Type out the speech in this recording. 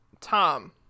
Tom